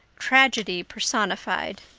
tragedy personified.